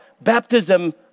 baptism